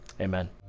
amen